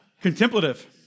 Contemplative